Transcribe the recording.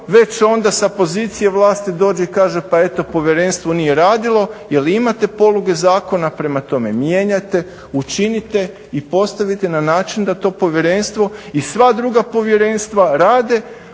već onda sa pozicije vlasti dođe i kaže pa eto povjerenstvo nije radilo, jel imate poluge zakona prema tome mijenjajte učinite i postavite na način da to povjerenstvo i sva druga povjerenstva rade,